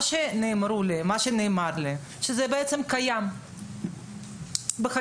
נאמר לי שזה בעצם קיים בחקיקה,